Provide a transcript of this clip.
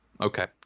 Okay